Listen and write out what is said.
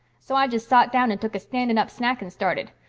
so i jest sot down and took a standing-up snack and started.